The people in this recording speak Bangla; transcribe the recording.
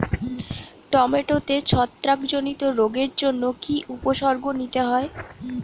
টমেটোতে ছত্রাক জনিত রোগের জন্য কি উপসর্গ নিতে হয়?